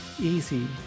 Easy